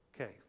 Okay